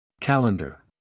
Calendar